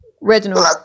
Reginald